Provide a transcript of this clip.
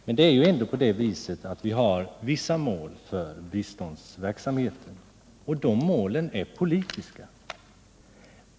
Men vi har ändå vissa mål för biståndsverksamheten. De målen är politiska.